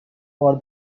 for